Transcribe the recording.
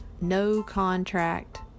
no-contract